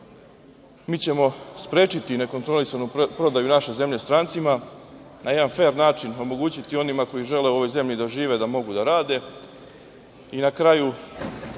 mi ćemo sprečiti nekontrolisanu prodaju naše zemlje strancima i na jedan fer način omogućiti onima koji žele u ovoj zemlji da žive da mogu da rade. Na